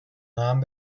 مقنعه